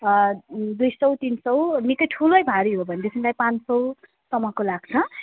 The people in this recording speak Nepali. दुई सौ तिन सौ निकै ठुलै भारी हो भनेदेखिलाई पाँच सौसम्मको लाग्छ